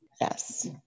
Yes